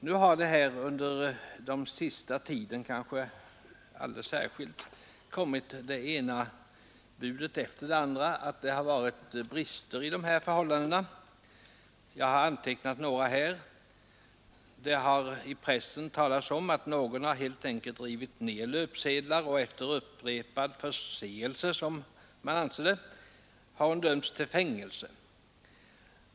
Nu har kanske alldeles särskilt under den sista tiden kommit det ena budet efter det andra om att det har varit brister i detta hänseende. Jag har antecknat några. Det har i pressen talats om att någon helt enkelt har rivit ned löpsedlar, och efter ”upprepad förseelse” har hon dömts till fängelse.